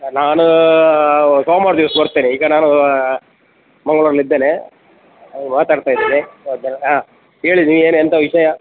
ನಾನು ಸೋಮವಾರ ದಿವ್ಸ ಬರ್ತೇನೆ ಈಗ ನಾನು ಮಂಗಳೂರ್ ಅಲ್ಲಿ ಇದ್ದೇನೆ ಮಾತಾಡ್ತಾ ಇದ್ದೇನೆ ಹಾಂ ಜನ ಹಾಂ ಹೇಳಿರಿ ಏನು ಎಂಥ ವಿಷಯ